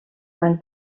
van